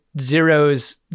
Zero's